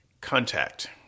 Contact